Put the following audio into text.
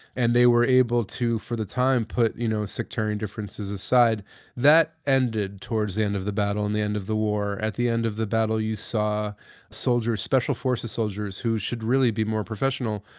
and they were able to, for the time, put you know sectarian differences that ended towards the end of the battle, in the end of the war. at the end of the battle, you saw soldiers, special forces, soldiers who should really be more professional,